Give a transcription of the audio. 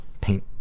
paint